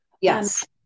Yes